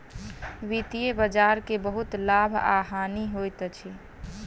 वित्तीय बजार के बहुत लाभ आ हानि होइत अछि